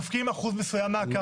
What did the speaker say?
מפקיעים אחוז מסוים מהקרקע.